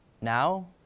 Now